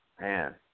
man